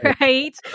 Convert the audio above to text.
right